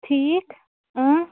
ٹھیٖک